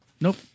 Nope